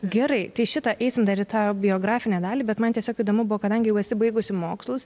gerai tai šitą eisim dar į tą biografinę dalį bet man tiesiog įdomu buvo kadangi jau esi baigusi mokslus